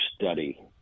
study